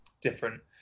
different